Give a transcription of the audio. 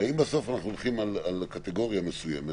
הרי אם בסוף אנחנו הולכים על קטגוריה מסוימת,